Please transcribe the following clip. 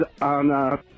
on